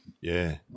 yeah